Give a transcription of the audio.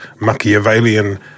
Machiavellian